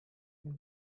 may